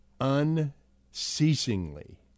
unceasingly